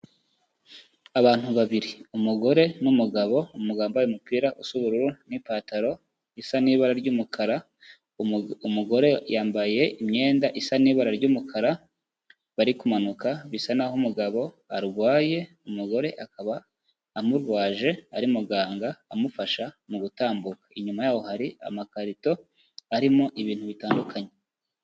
Abantu babiri umugore n'umugabo, umugabo wambaye umupira usa ubururu n'ipantaro isa n'ibara ry'umukara, umugore yambaye imyenda isa n'ibara ry'umukara, bari kumanuka bisa naho umugabo arwaye umugore akaba amurwaje ari muganga amufasha mu gutambuka, inyuma yaho hari amakarito arimo ibintu bitandukanye.